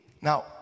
Now